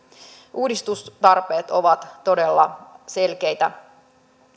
uudistustarpeet ovat todella selkeitä